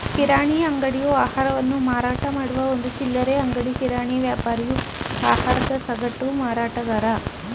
ಕಿರಾಣಿ ಅಂಗಡಿಯು ಆಹಾರವನ್ನು ಮಾರಾಟಮಾಡುವ ಒಂದು ಚಿಲ್ಲರೆ ಅಂಗಡಿ ಕಿರಾಣಿ ವ್ಯಾಪಾರಿಯು ಆಹಾರದ ಸಗಟು ಮಾರಾಟಗಾರ